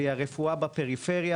והיא הרפואה בפריפריה,